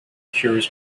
cures